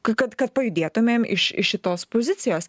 kad kad pajudėtumėm iš iš šitos pozicijos